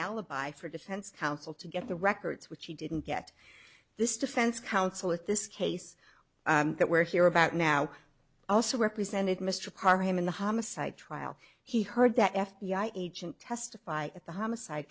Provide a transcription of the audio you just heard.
alibi for defense counsel to get the records which he didn't get this defense counsel with this case that we're here about now also represented mr karr him in the homicide trial he heard the f b i agent testify at the homicide